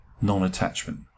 non-attachment